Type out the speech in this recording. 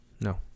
no